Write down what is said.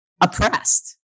oppressed